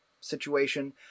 situation